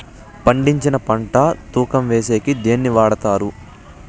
పండించిన పంట తూకం వేసేకి దేన్ని వాడతారు?